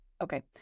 okay